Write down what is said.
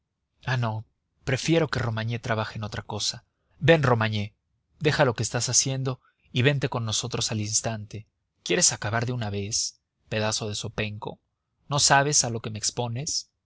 ah no prefiero que romagné trabaje en otra cosa ven romagné deja lo que estás haciendo y vente con nosotros al instante quieres acabar de una vez pedazo de zopenco no sabes a lo que me expones